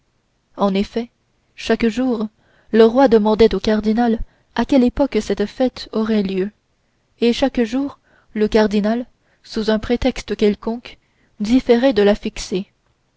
en effet chaque jour le roi demandait au cardinal à quelle époque cette fête aurait lieu et chaque jour le cardinal sous un prétexte quelconque différait de la fixer